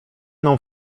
mną